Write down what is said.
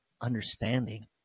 understanding